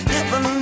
Heaven